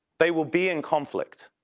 they will be in conflict.